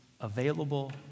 available